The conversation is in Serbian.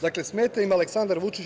Dakle, smeta im Aleksandar Vučić.